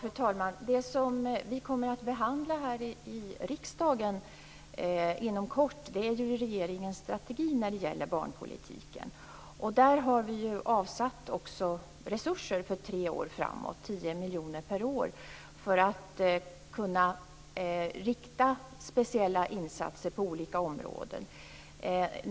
Fru talman! Det som vi kommer att behandla här i riksdagen inom kort är regeringens strategi när det gäller barnpolitiken. Där har vi också avsatt resurser för tre år framåt - 10 miljoner per år - för att kunna rikta speciella insatser på olika områden.